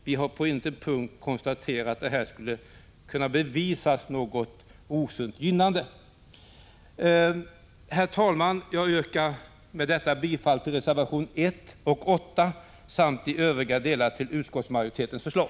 Vi har på ingen punkt konstaterat att det skulle kunna bevisas något osunt gynnande. Herr talman! Jag yrkar bifall till reservation 1 och 8 samt i övriga delar till utskottsmajoritetens förslag.